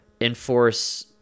enforce